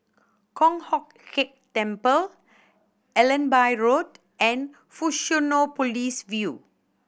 Kong Hock Keng Temple Allenby Road and Fusionopolis View